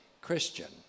Christian